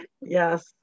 Yes